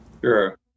Sure